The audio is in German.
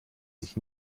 sich